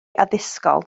addysgol